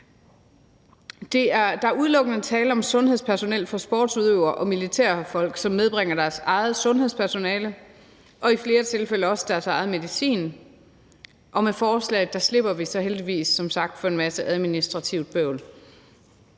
Der er udelukkende tale om sundhedspersonale for sportsudøvere og militærfolk, som medbringer deres eget sundhedspersonale og i flere tilfælde også deres egen medicin, og med forslaget slipper vi som sagt heldigvis for en masse administrativt bøvl.